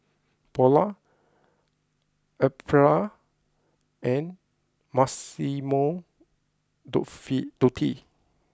Polar Aprilia and Massimo Dufy Dutti